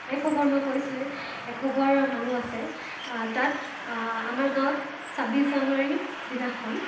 এশঘৰ মই কৈছোৱে এশ ঘৰ মানুহ আছে তাত আমাৰ গাঁৱত ছাব্বিছ জানুৱাৰীৰ দিনাখন